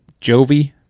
Jovi